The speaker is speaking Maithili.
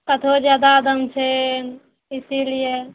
कतहु जादा दाम छै इसीलिए